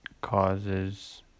causes